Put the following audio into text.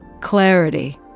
clarity